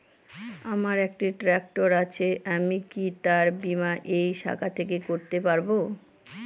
আমার একটি ট্র্যাক্টর আছে আমি কি তার বীমা এই শাখা থেকে করতে পারব?